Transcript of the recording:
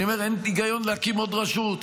אני אומר: אין היגיון להקים עוד רשות.